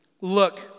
Look